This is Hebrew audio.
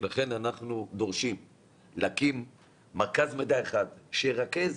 לכן אנחנו דורשים להקים מרכז מידע אחד שירכז